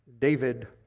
David